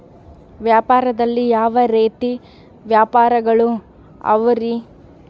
ವ್ಯಾಪಾರದಲ್ಲಿ ಯಾವ ರೇತಿ ವ್ಯಾಪಾರಗಳು ಅವರಿ?